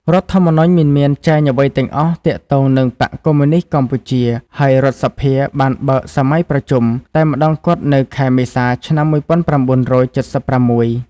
រដ្ឋធម្មនុញ្ញមិនមានចែងអ្វីទាំងអស់ទាក់ទងនឹងបក្សកុម្មុយនីស្តកម្ពុជា ហើយរដ្ឋសភាបានបើកសម័យប្រជុំ តែម្តងគត់នៅខែមេសា ឆ្នាំ១៩៧៦ ។